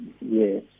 yes